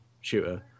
shooter